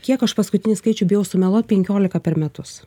kiek aš paskutinį skaičių bijau sumeluot penkiolika per metus